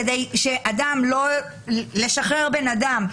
כדי לא לשחרר בן אדם,